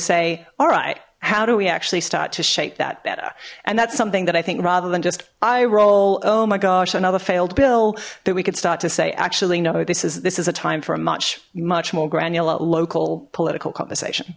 say alright how do we actually start to shape that better and that's something that i think rather than just i roll oh my gosh another failed bill that we could start to say actually no this is this is a time for a much much more granular local political conversation